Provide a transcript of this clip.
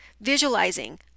Visualizing